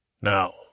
Now